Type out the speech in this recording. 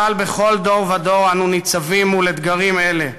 משל בכל דור ודור אנו ניצבים מול אתגרים אלה,